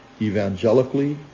evangelically